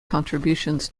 contributions